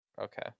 Okay